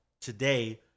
today